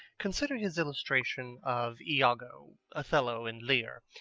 consider his illustration of iago, othello, and lear.